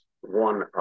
one